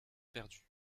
perdue